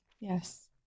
Yes